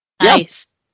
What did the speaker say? Nice